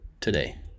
today